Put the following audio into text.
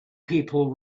people